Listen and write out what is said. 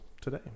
today